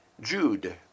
Jude